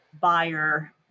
buyer